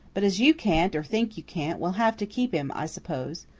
but as you can't, or think you can't, we'll have to keep him, i suppose.